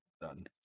done